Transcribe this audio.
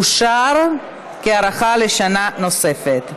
(הארכת תוקף החוק) אושר, כהארכה לשנה נוספת.